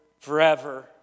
Forever